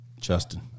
Justin